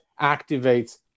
activates